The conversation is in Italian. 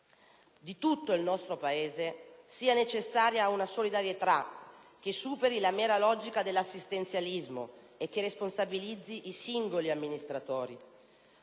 di tutto il nostro Paese sia necessaria una solidarietà che superi la mera logica dell'assistenzialismo e che responsabilizzi i singoli amministratori.